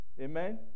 Amen